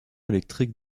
électrique